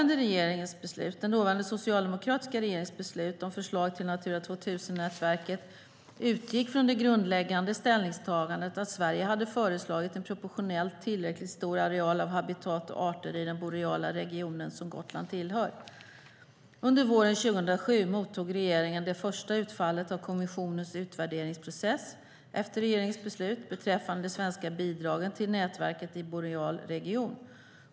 Den dåvarande socialdemokratiska regeringens beslut om förslag till Natura 2000-nätverket utgick från det grundläggande ställningstagandet att Sverige hade föreslagit en proportionellt tillräckligt stor areal av habitat och arter i den boreala region som Gotland tillhör. Under våren 2007 mottog regeringen det första utfallet av kommissionens utvärderingsprocess, efter regeringens beslut, beträffande de svenska bidragen till nätverket i boreal region.